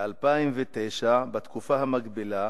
ב-2009 בתקופה המקבילה